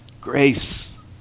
grace